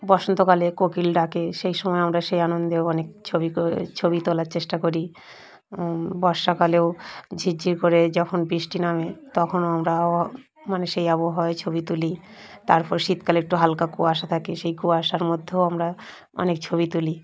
বসন্তকালে কোকিল ডাকে সেই সময় আমরা সেই আনন্দেও অনেক ছবি ছবি তোলার চেষ্টা করি বর্ষাকালেও ঝিরঝির করে যখন বৃষ্টি নামে তখনও আমরা মানে সেই আবহাওয়ায় ছবি তুলি তারপর শীতকালে একটু হালকা কুয়াশা থাকে সেই কুয়াশার মধ্যেও আমরা অনেক ছবি তুলি